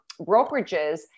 brokerages